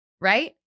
Right